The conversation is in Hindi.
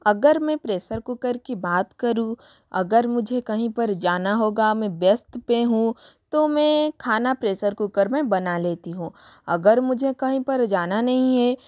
अगर मैं प्रेशर कुकर की बात करूँ अगर मुझे कहीं पर जाना होगा मैं व्यस्त पे हूँ तो मैं खाना प्रेशर कुकर में बना लेती हूँ अगर मुझे कहीं पर जाना नहीं है